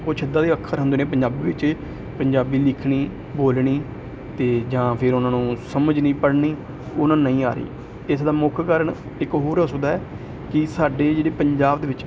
ਕੁਛ ਇੱਦਾਂ ਦੇ ਅੱਖਰ ਹੁੰਦੇ ਨੇ ਪੰਜਾਬੀ ਵਿੱਚ ਪੰਜਾਬੀ ਲਿਖਣੀ ਬੋਲਣੀ ਅਤੇ ਜਾਂ ਫਿਰ ਉਹਨਾਂ ਨੂੰ ਸਮਝ ਨਹੀਂ ਪੜਨੀ ਉਹਨਾਂ ਨੂੰ ਨਹੀਂ ਆ ਰਹੀ ਇਸ ਦਾ ਮੁੱਖ ਕਰਨ ਇੱਕ ਹੋਰ ਹੋ ਸਕਦਾ ਕਿ ਸਾਡੇ ਜਿਹੜੇ ਪੰਜਾਬ ਦੇ ਵਿੱਚ